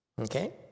Okay